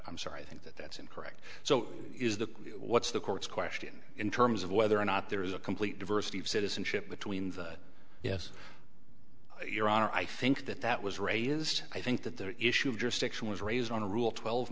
i'm sorry i think that that's incorrect so is the what's the court's question in terms of whether or not there is a complete diversity of citizenship between the yes your honor i think that that was raised i think that the issue of jurisdiction was raised on a rule twelve